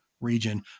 region